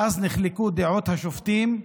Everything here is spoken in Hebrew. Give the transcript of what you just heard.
ואז נחלקו דעות השופטים,